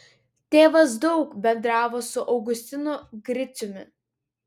tėvas daug bendravo su augustinu griciumi